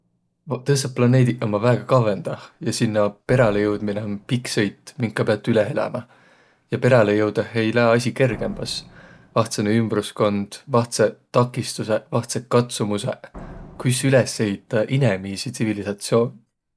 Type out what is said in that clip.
Tõõsõq planeediq ommaq väega kavvõndah ja sinnäq peräle joudminõ om pikk sõit, minka piät üle elämä. Ja peräle joudõh ei lääq asi kergembäs. Vahtsõnõ ümbrüskund, vahtsõq takistusõq, vahtsõq katsumusõq. Kuis üles ehitäq inemiisi tsivilisatsiuun?